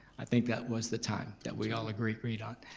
i think that was the time that we all agreed agreed on.